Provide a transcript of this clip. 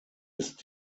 ist